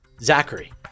Zachary